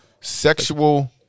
sexual